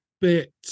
bit